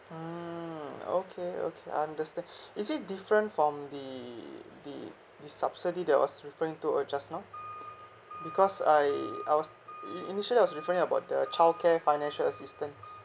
mmhmm okay okay understand is it different from the the the subsidy that I was referring to uh just now because I I was ini~ initially I was referring about the childcare financial assistance